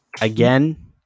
again